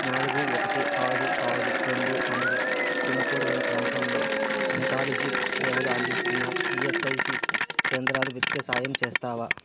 నాలుగు ఒకటి ఆరు ఆరు రెండు మూడు పిన్ కోడ్ గల ప్రాంతంలో హెమటాలజీ సేవలు అందిస్తున్న ఈఎస్ఐసి కేంద్రాలు వెతికే సాయం చేస్తావా